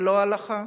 ולא ההלכה.